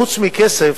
חוץ מכסף,